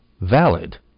valid